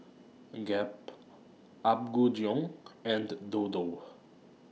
Gap Apgujeong and Dodo